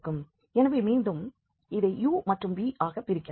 எனவே மீண்டும் இதை u மற்றும் v ஆக பிரிக்கலாம்